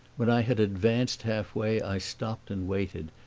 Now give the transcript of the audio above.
when i had advanced halfway i stopped and waited,